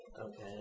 Okay